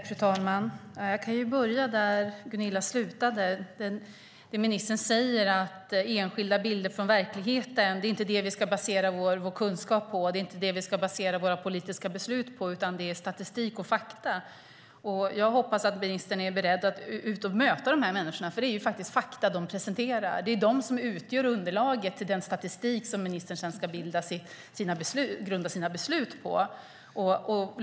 Fru talman! Jag kan börja där Gunilla slutade. Ministern säger att det inte är enskilda bilder från verkligheten som vi ska basera vår kunskap och våra politiska beslut på, utan det är statistik och fakta. Jag hoppas att ministern är beredd att gå ut och möta dessa människor, för det är fakta som de presenterar. Det är de som utgör underlaget för den statistik som ministern sedan ska grunda sina beslut på.